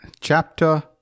chapter